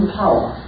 power